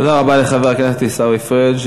תודה רבה לחבר הכנסת עיסאווי פריג'.